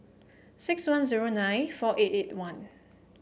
six one zero nine four eight eight one